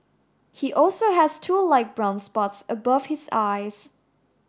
he also has two light brown spots above his eyes